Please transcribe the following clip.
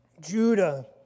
Judah